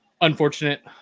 unfortunate